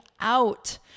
out